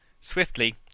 Swiftly